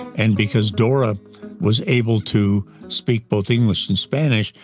and because dora was able to speak both english and spanish,